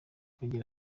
agira